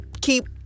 keep